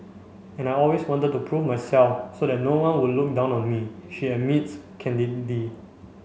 and I always wanted to prove myself so that no one would look down on me she admits candidly